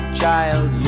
child